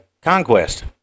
Conquest